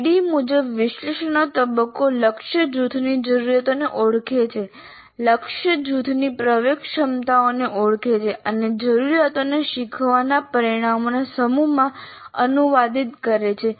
ADDIE મુજબ વિશ્લેષણનો તબક્કો લક્ષ્ય જૂથની જરૂરિયાતોને ઓળખે છે લક્ષ્ય જૂથની પ્રવેશ ક્ષમતાઓને ઓળખે છે અને જરૂરિયાતોને શીખવાના પરિણામોના સમૂહમાં અનુવાદિત કરે છે